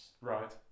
Right